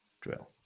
drill